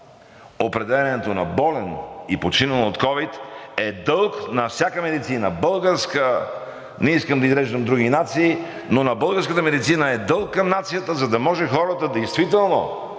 определението за болен и починал от ковид е дълг на всяка медицина – българска, не искам да изреждам други нации, но на българската медицина е дълг към нацията, за да може хората действително